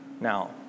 Now